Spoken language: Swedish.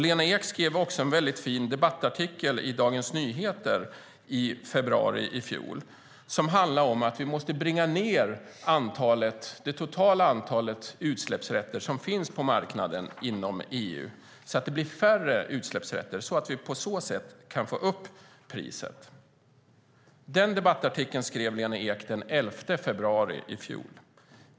Lena Ek skrev också en väldigt fin debattartikel i Dagens Nyheter i februari i fjol som handlade om att vi måste bringa ned det totala antalet utsläppsrätter på marknaden i EU så att det blir färre utsläppsrätter, så att vi på så sätt kan få upp priset. Den debattartikeln skrev hon den 11 februari i fjol.